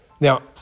Now